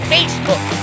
Facebook